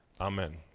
Amen